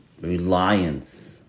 reliance